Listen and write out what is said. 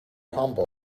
humble